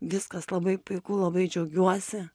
viskas labai puiku labai džiaugiuosi